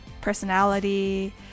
personality